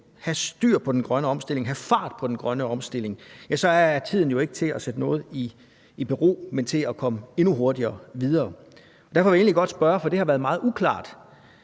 have styr på den grønne omstilling, have fart på den grønne omstilling, ja, så er tiden jo ikke til at sætte noget i bero, men til at komme endnu hurtigere videre. Derfor vil jeg gerne spørge, for det har været meget uklart: